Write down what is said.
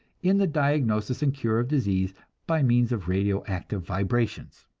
in the diagnosis and cure of disease by means of radio-active vibrations.